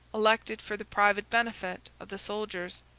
elected for the private benefit of the soldiers?